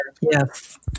Yes